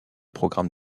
programme